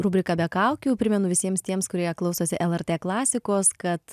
rubriką be kaukių primenu visiems tiems kurie klausosi lrt klasikos kad